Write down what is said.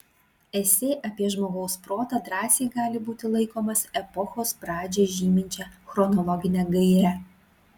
esė apie žmogaus protą drąsiai gali būti laikomas epochos pradžią žyminčia chronologine gaire